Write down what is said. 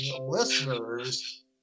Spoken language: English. listeners